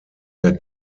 der